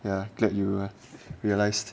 ya glad you are realised